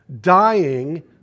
Dying